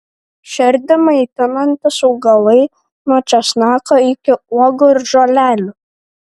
širdį maitinantys augalai nuo česnako iki uogų ir žolelių